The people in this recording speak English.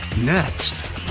next